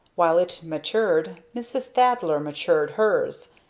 while it matured, mrs. thaddler matured hers.